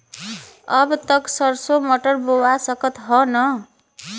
अब त सरसो मटर बोआय सकत ह न?